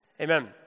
Amen